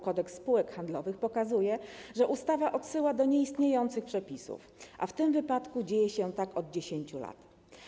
Kodeks spółek handlowych pokazuje, że ustawa odsyła do nieistniejących przepisów, a w tym przypadku dzieje się tak od 10 lat.